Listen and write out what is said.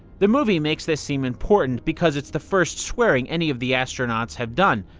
the movie makes this seem important because it's the first swearing any of the astronauts have done.